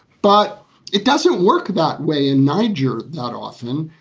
but it doesn't work that way in niger. not often.